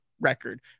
record